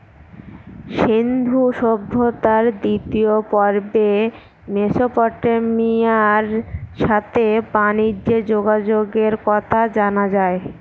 সিন্ধু সভ্যতার দ্বিতীয় পর্বে মেসোপটেমিয়ার সাথে বানিজ্যে যোগাযোগের কথা জানা যায়